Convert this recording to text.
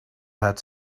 had